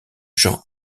jean